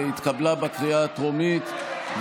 התקבלה בקריאה הטרומית,